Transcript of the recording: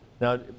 Now